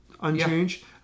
unchanged